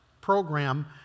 program